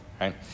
right